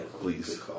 please